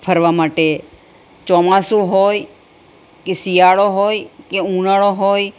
ફરવા માટે ચોમાસું હોય કે શિયાળો હોય કે ઉનાળો હોય